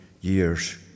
years